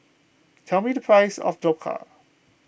tell me the price of Dhokla